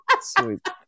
Sweet